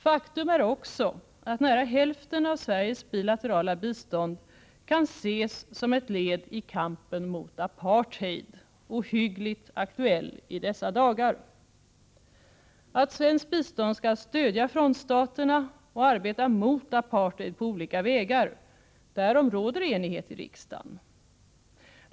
Faktum är också att nära hälften av Sveriges bilaterala bistånd kan ses som ett led i kampen mot apartheid; ohyggligt aktuell i dessa dagar. Att svenskt bistånd skall stödja frontstaterna och arbeta mot apartheid på olika vägar, därom råder enighet i riksdagen.